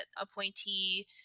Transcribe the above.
appointee